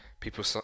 people